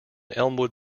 elmwood